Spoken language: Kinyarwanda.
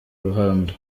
ruhando